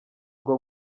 ngo